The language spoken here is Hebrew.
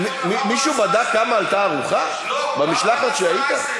מישהו בדק כמה עלתה הארוחה במשלחת שהיית?